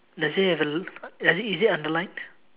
does it have a does it is it underlined